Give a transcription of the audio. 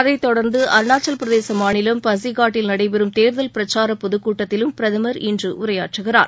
அதைத்தொடர்ந்து அருணாச்சலப்பிரதேச மாநிலம் பசிகாட்டில் நடைபெறும் தேர்தல் பிரக்சார பொதுக் கூடடத்திலும் பிரதமர் இன்று உரையாற்றுகிறார்